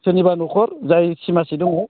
सोरनिबा नखर जाय सिमासे दङ